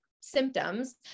symptoms